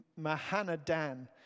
Mahanadan